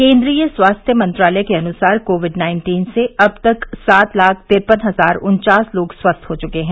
केंद्रीय स्वास्थ्य मंत्रालय के अनुसार कोविड नाइन्टीन से अब तक सात लाख तिरपन हजार उन्वास लोग स्वस्थ हो चुके हैं